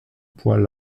poids